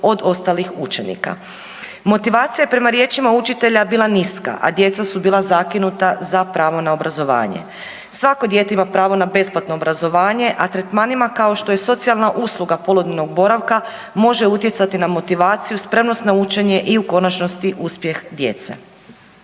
od ostalih učenika. Motivacija je prema riječima učitelja bila niska, a djeca su bila zakinuta za pravo na obrazovanje. Svako dijete ima pravo na besplatno obrazovanje, a tretmanima kao što je socijalna usluga poludnevnog boravka može utjecati na motivaciju, spremnost na učenje i u konačnosti uspjeh djece.